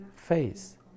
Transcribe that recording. Face